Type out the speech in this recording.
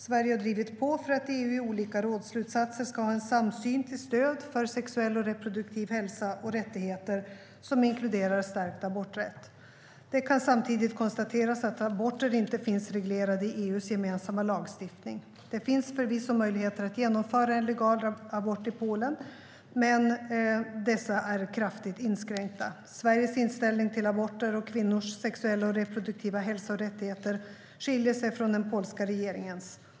Sverige har drivit på för att EU i olika rådsslutsatser ska ha en samsyn till stöd för sexuell och reproduktiv hälsa och rättigheter som inkluderar stärkt aborträtt. Det kan samtidigt konstateras att aborter inte finns reglerade i EU:s gemensamma lagstiftning. Det finns förvisso möjligheter att genomföra en legal abort i Polen, men dessa är kraftigt inskränkta. Sveriges inställning till aborter och kvinnors sexuella och reproduktiva hälsa och rättigheter skiljer sig från den polska regeringens.